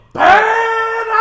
bad